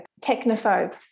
technophobe